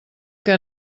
que